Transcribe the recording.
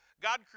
God